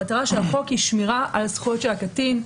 המטרה של החוק היא שמירה על זכויות הקטין,